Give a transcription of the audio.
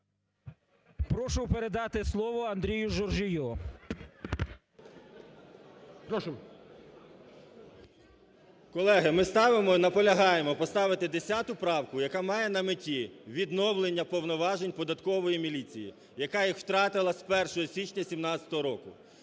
Прошу передати слово Андрію Журжію. ГОЛОВУЮЧИЙ. Прошу. 11:28:03 ЖУРЖІЙ А.В. Колеги, ми ставимо і наполягаємо поставити 10-у правку, яка має на меті відновлення повноважень податкової міліції, яка їх втратила з 1 січня 2017 року.